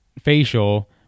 facial